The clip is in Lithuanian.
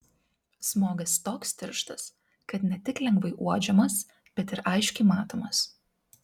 smogas toks tirštas kad ne tik lengvai uodžiamas bet ir aiškiai matomas